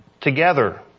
together